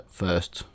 first